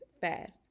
fast